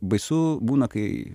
baisu būna kai